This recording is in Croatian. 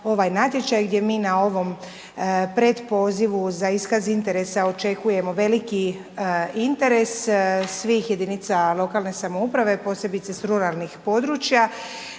ovaj natječaj gdje mi na ovom pretpozivu za iskaz interesa očekujemo veliki interes svih jedinica lokalne samouprave, posebice s ruralnih područja,